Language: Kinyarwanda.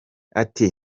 ati